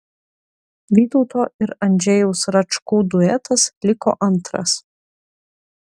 vytauto ir andžejaus račkų duetas liko antras